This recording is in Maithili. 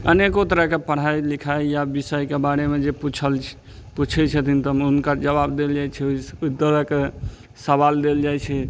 अनेको तरहके पढ़ाइ लिखाइ या बिषयके बारेमे जे पुछै छथिन तऽ हुनकर जबाब देल जाइ छलै से ओहि तरहके सबाल देल जाइ छै